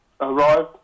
arrived